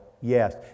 yes